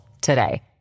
today